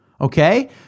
okay